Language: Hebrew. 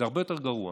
זה הרבה יותר גרוע.